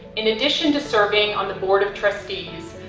in addition to serving on the board of trustees,